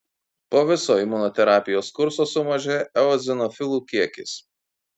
po viso imunoterapijos kurso sumažėja eozinofilų kiekis